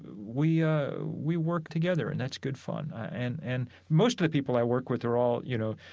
we ah we work together and that's good fun. and and most of the people i work with are all, you know,